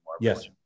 Yes